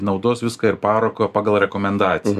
naudos viską ir paroko pagal rekomendaciją